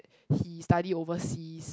he study overseas